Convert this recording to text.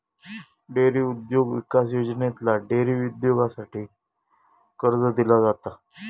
dairy उद्योग विकास योजनेतना डेअरी उद्योगासाठी कर्ज दिला जाता